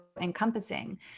encompassing